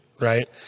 right